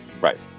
Right